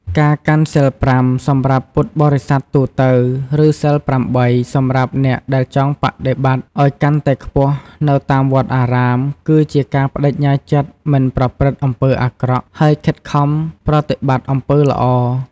ការកាន់សីលប្រាំ សម្រាប់ពុទ្ធបរិស័ទទូទៅ ឬសីលប្រាំបី សម្រាប់អ្នកដែលចង់បដិបត្តិឱ្យកាន់តែខ្ពស់ នៅតាមវត្តអារាម គឺជាការប្តេជ្ញាចិត្តមិនប្រព្រឹត្តអំពើអាក្រក់ ហើយខិតខំប្រតិបត្តិអំពើល្អ។